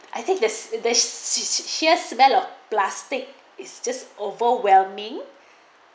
I think there's there's she she develop plastic it's just overwhelming